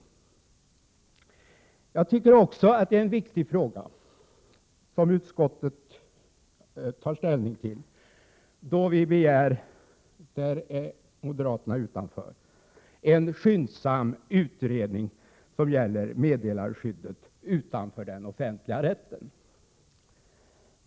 Det är också en viktig fråga som utskottet tar ställning till, då vi, utom moderaterna, begär en skyndsam utredning om meddelarskyddet utanför det offentligrättsliga området.